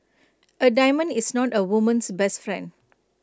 A diamond is not A woman's best friend